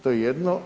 To je jedno.